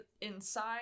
inside